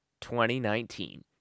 2019